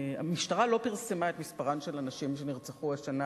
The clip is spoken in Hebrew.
המשטרה לא פרסמה את מספר הנשים שנרצחו השנה